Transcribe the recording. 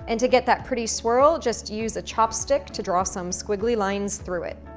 and then to get that pretty swirl, just use a chopstick to draw some squiggly lines through it.